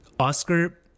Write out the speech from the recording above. Oscar